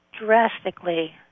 drastically